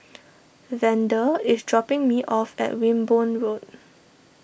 Vander is dropping me off at Wimborne Road